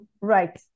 Right